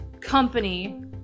company